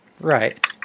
Right